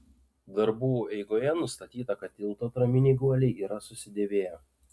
darbų eigoje nustatyta kad tilto atraminiai guoliai yra susidėvėję